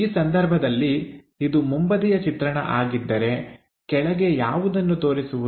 ಈ ಸಂದರ್ಭದಲ್ಲಿ ಇದು ಮುಂಬದಿಯ ಚಿತ್ರಣ ಆಗಿದ್ದರೆ ಕೆಳಗೆ ಯಾವುದನ್ನು ತೋರಿಸುವುದು